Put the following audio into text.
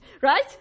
Right